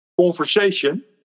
conversation